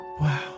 Wow